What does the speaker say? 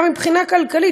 גם מבחינה כלכלית,